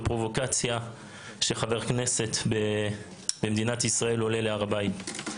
פרובוקציה שחבר כנסת במדינת ישראל עולה להר הבית.